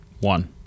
one